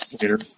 later